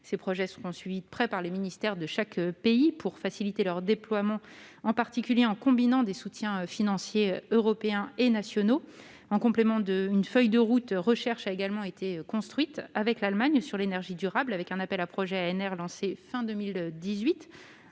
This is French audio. Ceux-ci seront suivis de près par les ministères de chaque pays pour faciliter leur déploiement, en particulier en combinant des soutiens financiers européens et nationaux. En complément, une feuille de route « recherche » a également été construite avec l'Allemagne sur l'énergie durable. Un appel à projets sur les énergies